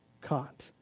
caught